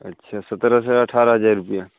अच्छा सत्रह से अठारह हज़ार रुपया